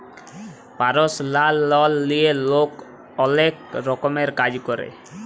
পারসলাল লল লিঁয়ে লক অলেক রকমের কাজ ক্যরে